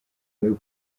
new